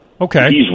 Okay